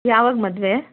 ಯಾವಾಗ ಮದುವೆ